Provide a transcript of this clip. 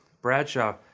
Bradshaw